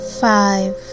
five